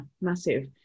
massive